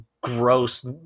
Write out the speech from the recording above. gross